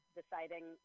deciding